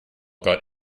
got